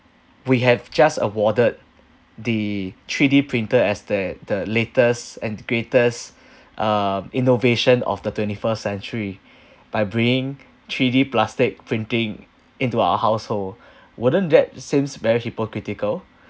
we have just awarded the three_D printer as the the latest and greatest uh innovation of the twenty first century by bringing three_D plastic printing into our household wouldn't that seems very hypocritical